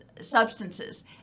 substances